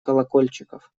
колокольчиков